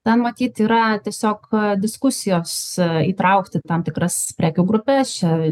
ten matyt yra tiesiog diskusijos įtraukti tam tikras prekių grupes ia